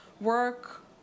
work